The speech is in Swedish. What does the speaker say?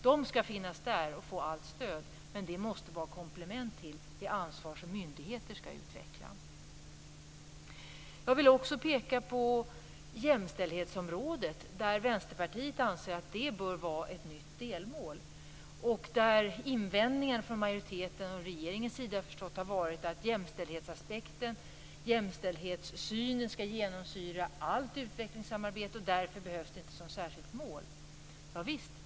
De skall finnas där och få allt stöd, men det måste vara ett komplement till det ansvar som myndigheter skall utveckla. Jag vill också peka på jämställdhetsområdet. Vänsterpartiet anser att jämställdhet bör vara ett nytt delmål. Jag har förstått att invändningen från majoriteten och från regeringens sida tidigare har varit att jämställdhetssynen skall genomsyra allt utvecklingssamarbete och att jämställdhet därför inte behöver ställas upp som ett särskilt mål.